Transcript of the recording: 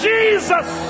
Jesus